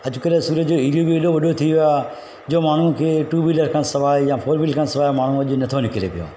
अॼुकल्ह सूरत जो एरियो बि एॾो वॾो थी वियो आहे जो माण्हुनि खे टू वीलर खां सवाइ या फोर वीलर खां सवाइ माण्हू अॼु न थो निकिरे पियो